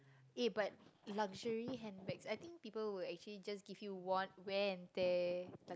eh but luxury handbag I think people will actually just give you one wear and tear